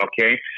Okay